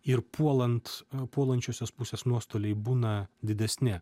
ir puolant puolančiosios pusės nuostoliai būna didesni